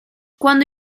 cuando